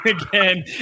again